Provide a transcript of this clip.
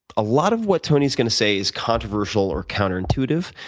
a lot of what tony is going to say is controversial or counter-intuitive.